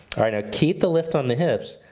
alright now keep the lift on the hips.